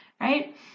right